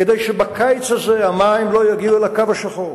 כדי שבקיץ הזה המים לא יגיעו לקו השחור.